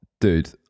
dude